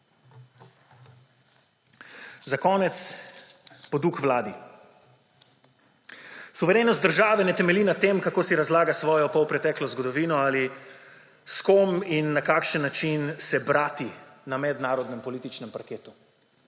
Za konec poduk Vladi. Suverenost države ne temelji na tem, kako si razlaga svojo polpreteklo zgodovino ali s kom in na kakšen način se brati na mednarodnem političnem parketu.